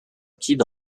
kid